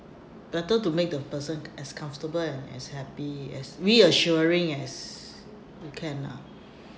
better to make the person as comfortable and as happy as reassuring as you can lah